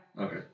Okay